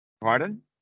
Pardon